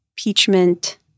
impeachment